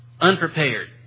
unprepared